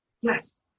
Yes